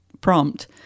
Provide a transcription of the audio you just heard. prompt